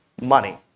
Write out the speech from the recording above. money